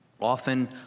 often